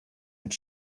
mit